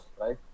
right